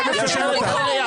נפל.